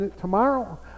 tomorrow